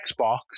Xbox